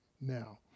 now